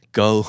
go